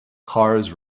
cars